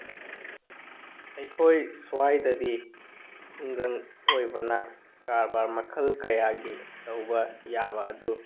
ꯑꯩꯈꯣꯏ ꯁ꯭ꯋꯥꯏꯗꯗꯤ ꯈꯨꯡꯒꯪ ꯑꯣꯏꯕꯅ ꯀꯔꯕꯥꯔ ꯃꯈꯜ ꯀꯌꯥꯒꯤ ꯇꯧꯕ ꯌꯥꯕ ꯑꯗꯨ